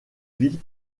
ville